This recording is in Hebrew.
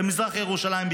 בעיקר במזרח ירושלים.